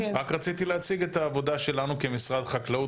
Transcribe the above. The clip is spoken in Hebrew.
רק רציתי להציג את העבודה שלנו כמשרד החקלאות.